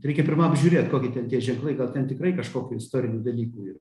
reikia pirma apžiūrėt kokie ten tie ženklai gal ten tikrai kažkokių istorinių dalykų yra